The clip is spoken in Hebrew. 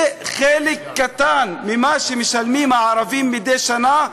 זה חלק קטן ממה שמשלמים הערבים מדי שנה,